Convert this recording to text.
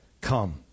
come